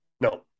No